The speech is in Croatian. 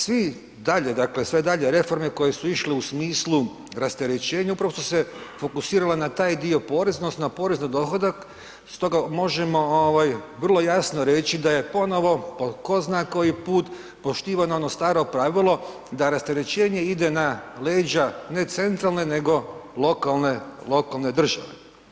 Svi dalje, dakle sve dalje reforme koje su išle u smislu rasterećenja, upravo su se fokusirale na taj dio poreza odnosno na porez na dohodak, stoga možemo ovaj vrlo jasno reći da je ponovo po tko zna koji put poštivano ono staro pravilo da rasterećivanje ide na leđa ne centralne nego lokalne, lokalne države.